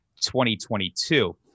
2022